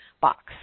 box